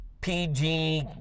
PG